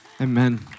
Amen